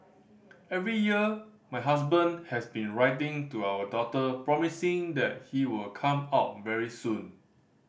every year my husband has been writing to our daughter promising that he will come out very soon